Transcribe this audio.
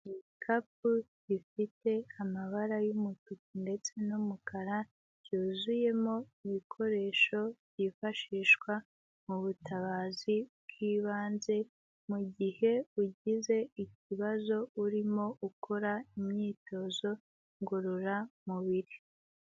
Ni igikapu gifite amabara y'umutuku ndetse n'umukara, cyuzuyemo ibikoresho byifashishwa mu butabazi bw'ibanze mu gihe ugize ikibazo urimo ukora imyitozo ngororamubiri.